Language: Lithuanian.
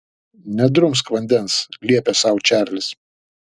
nedrumsk vandens liepė sau čarlis